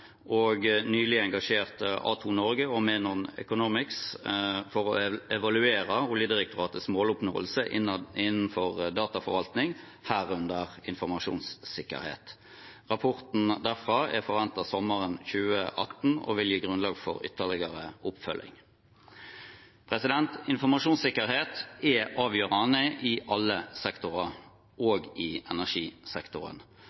har nylig engasjert A-2 Norge og Menon Economics for å evaluere Oljedirektoratets måloppnåelse innenfor dataforvaltning, herunder informasjonssikkerhet. Rapporten derfra er forventet å foreligge sommeren 2018 og vil gi grunnlag for ytterligere oppfølging. Informasjonssikkerhet er avgjørende i alle sektorer,